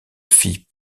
fit